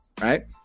right